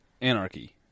anarchy